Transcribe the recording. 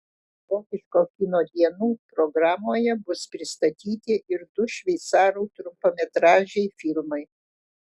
vokiško kino dienų programoje bus pristatyti ir du šveicarų trumpametražiai filmai